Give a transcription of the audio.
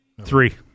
Three